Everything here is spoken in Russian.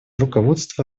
руководство